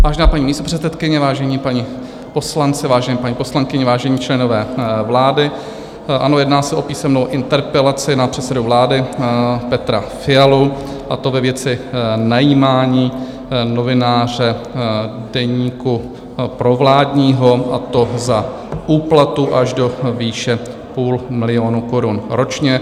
Vážená paní místopředsedkyně, vážení páni poslanci, vážené paní poslankyně, vážení členové vlády, ano, jedná se o písemnou interpelaci na předsedu vlády Petra Fialu, a to ve věci najímání novináře deníku provládního, a to za úplatu až do výše půl milionu korun ročně.